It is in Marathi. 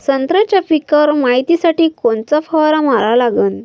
संत्र्याच्या पिकावर मायतीसाठी कोनचा फवारा मारा लागन?